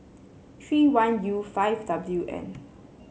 three one U five W N